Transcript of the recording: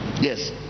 Yes